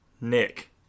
Nick